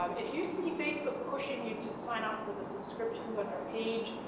um if you see facebook pushing you to sign up for the subscriptions, on your page,